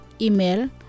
Email